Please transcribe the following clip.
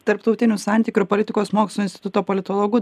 tarptautinių santykių ir politikos mokslų instituto politologu